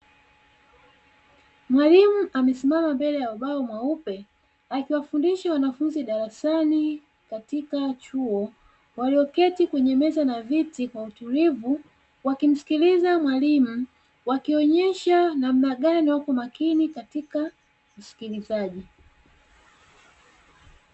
Mwalimu amesimama mbele ya ubao mweupe akiwafundisha wanafunzi darasani katika chuo, walioketi kwenye meza na viti kwa utulivu wakimsikiliza mwalimu, wakionyesha namna gani wako makini katika usikilizaji.